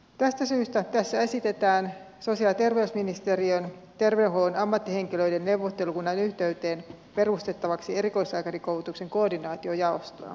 tästä syystä tässä esitetään sosiaali ja terveysministeriön terveydenhuollon ammattihenkilöiden neuvottelukunnan yhteyteen perustettavaksi erikoislääkärikoulutuksen koordinaatiojaostoa